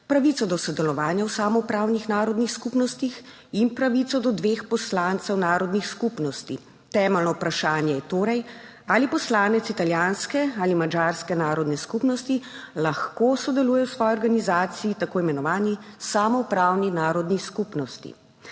pravico do sodelovanja v samoupravnih narodnih skupnostih in pravico do dveh poslancev narodnih skupnosti. Temeljno vprašanje je torej, ali poslanec italijanske ali madžarske narodne skupnosti lahko sodeluje v svoji organizaciji, tako imenovani samoupravni narodni skupnosti.